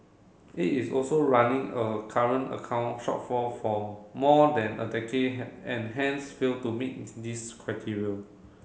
it is also running a current account shortfall for more than a decade and hence fail to meet this criteria